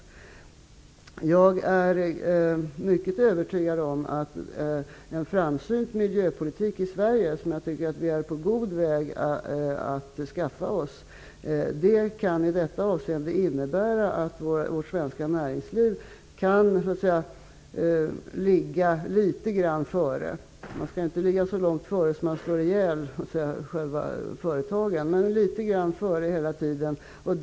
Jag är övertygad om att en framsynt miljöpolitik i Sverige, som jag tycker att vi är på god väg att skaffa oss, i detta avseende kan innebära att vårt svenska näringsliv kan ligga litet grand före. Man skall inte ligga så långt före att själva företagen så att säga slås ihjäl, men man skall hela tiden ligga litet grand före.